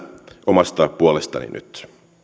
omasta puolestani